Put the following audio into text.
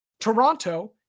Toronto